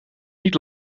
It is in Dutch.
niet